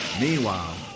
Meanwhile